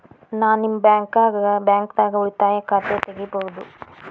ನಾ ನಿಮ್ಮ ಬ್ಯಾಂಕ್ ದಾಗ ಉಳಿತಾಯ ಖಾತೆ ತೆಗಿಬಹುದ?